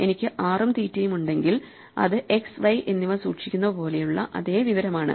എനിക്ക് r ഉം തീറ്റയും ഉണ്ടെങ്കിൽ അത് x y എന്നിവ സൂക്ഷിക്കുന്ന പോലെയുള്ള അതേ വിവരമാണ്